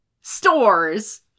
Stores